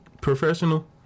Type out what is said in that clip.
Professional